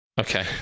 okay